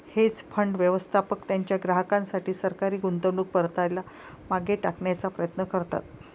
hedge fund, व्यवस्थापक त्यांच्या ग्राहकांसाठी सरासरी गुंतवणूक परताव्याला मागे टाकण्याचा प्रयत्न करतात